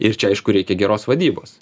ir čia aišku reikia geros vadybos